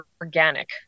organic